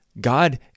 God